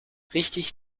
richtig